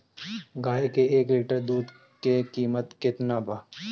गाए के एक लीटर दूध के कीमत केतना बा?